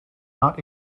not